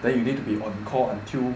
then you need to be on call until